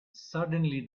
suddenly